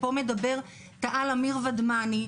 ופה מדבר תא"ל אמיר ודמני,